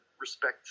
respect